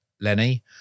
Lenny